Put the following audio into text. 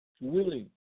willing